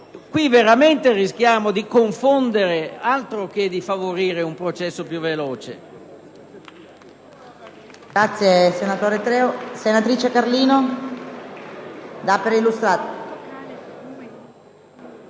qui veramente rischiamo di confondere, altro che di favorire un processo più veloce.